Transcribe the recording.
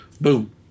boom